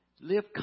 Live